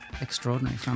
extraordinary